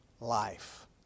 life